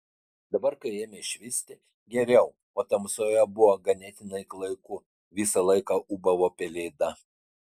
dabar kai ėmė švisti geriau o tamsoje buvo ganėtinai klaiku visą laiką ūbavo pelėda